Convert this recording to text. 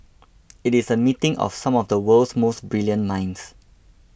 it is a meeting of some of the world's most brilliant minds